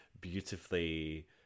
beautifully